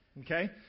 Okay